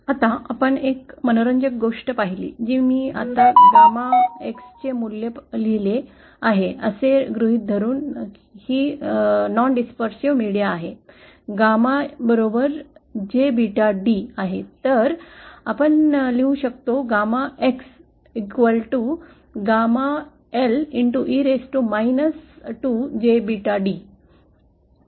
आता आपण एक मनोरंजक गोष्ट पाहिली जी मी आता gamma X चे मूल्य लिहिले आहे असे गृहीत धरुन ही न फैलावणारे मीडिया gammajbeta बरोबर आहे तर आपण लिहू शकतो gamma X gama L e raised to 2 jbeta d